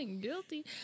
Guilty